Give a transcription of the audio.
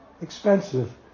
expensive